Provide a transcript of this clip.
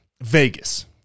Vegas